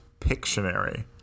Pictionary